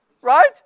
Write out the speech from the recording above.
right